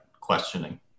questioning